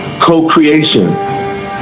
co-creation